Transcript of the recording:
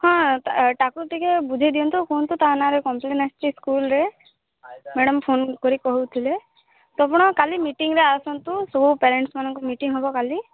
ହଁ ତାକୁ ଟିକେ ବୁଝେଇ ଦିଅନ୍ତୁ କୁହନ୍ତୁ ତା ନାଆଁରେ କମ୍ପଲେନ୍ ଆସିଛି ସ୍କୁଲ୍ରେ ମ୍ୟାଡାମ୍ ଫୋନ୍ କରିକି କହୁଥିଲେ ତ ଆପଣ କାଲି ମିଟିଙ୍ଗ୍ରେ ଆସନ୍ତୁ ସବୁ ପ୍ଯାରେଣ୍ଟସ୍ ମାନଙ୍କ ମିଟିଙ୍ଗ୍ ହେବ କାଲି